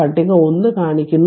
പട്ടിക 1 കാണിക്കുന്നു